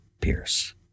Pierce